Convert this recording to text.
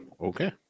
okay